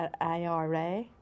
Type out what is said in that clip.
IRA